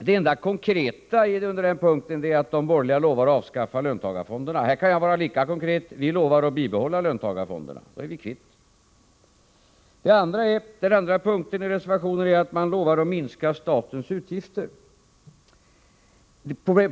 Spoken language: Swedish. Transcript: Det enda konkreta under denna punkt är att de borgerliga lovar att avskaffa löntagarfonderna. Här kan jag vara lika konkret: Vi lovar att bibehålla löntagarfonderna. Då är vi kvitt. Den andra punkten i reservationen är att de borgerliga lovar att minska statens utgifter.